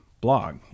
blog